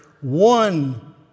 one